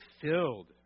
filled